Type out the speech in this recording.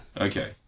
Okay